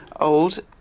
old